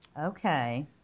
Okay